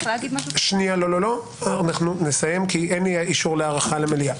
אנחנו נסיים כי אין אישור להארכה למליאה.